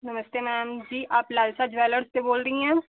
नमस्ते मैम जी आप लालसा ज्वेलर्स से बोल रही हैं